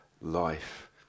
life